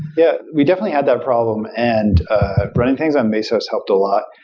yeah, we definitely had that problem, and running things on mesos helped a lot.